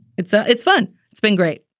it's ah it's fun. it's been great